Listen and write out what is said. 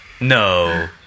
No